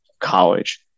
college